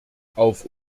auf